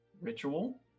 ritual